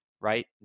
right